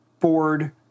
Ford